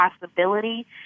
possibility